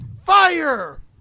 Fire